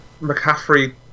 McCaffrey